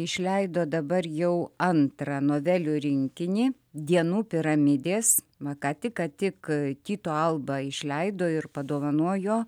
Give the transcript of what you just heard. išleido dabar jau antrą novelių rinkinį dienų piramidės va ką tik ką tik tito alba išleido ir padovanojo